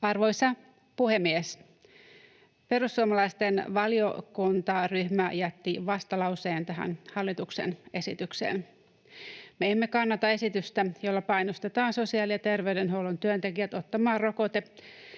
Arvoisa puhemies! Perussuomalaisten valiokuntaryhmä jätti vastalauseen tähän hallituksen esitykseen. Me emme kannata esitystä, jolla painostetaan sosiaali- ja terveydenhuollon työntekijät ottamaan rokote,